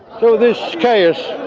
so this chaos